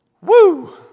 Woo